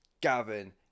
Gavin